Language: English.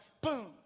boom